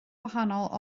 wahanol